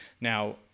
Now